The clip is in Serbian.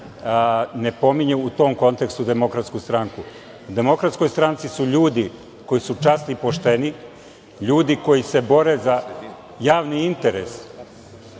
ne pominju u kontekstu DS. U Demokratskoj stranci su ljudi koji su časni i pošteni, ljudi koji se bore za javni interes.